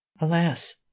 Alas